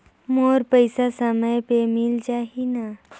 मोर पइसा समय पे मिल जाही न?